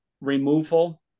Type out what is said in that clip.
removal